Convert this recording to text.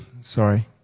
sorry